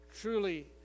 truly